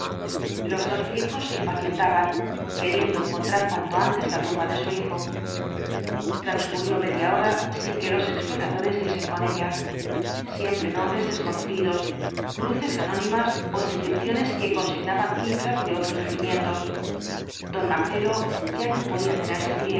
los dos viejos se impacientaban queriendo encontrar cuanto antes la tumba de su hijo transcurrió media hora sin que los exploradores diesen con ella siempre nombres desconocidos cruces anónimas ó inscripciones que consignaban cifras de otros regimientos don marcelo ya no podía tenerse en pie